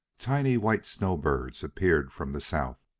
tiny white snow-birds appeared from the south,